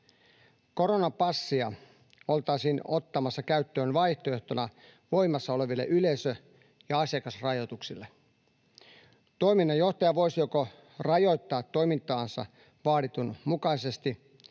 Koronapassia oltaisiin ottamassa käyttöön vaihtoehtona voimassa oleville yleisö- ja asiakasrajoituksille. Toiminnanjohtaja voisi joko rajoittaa toimintaansa vaaditun mukaisesti